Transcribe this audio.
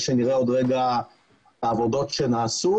שעוד רגע נוכל לראות את העבודות שנעשו